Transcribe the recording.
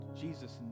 Jesus